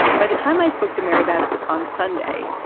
by the time i spoke to mary beth on sunday,